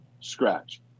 scratch